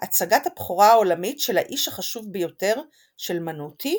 הצגת הבכורה העולמית של "האיש החשוב ביותר" של מנוטי,